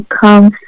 comes